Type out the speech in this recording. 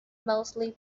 mostly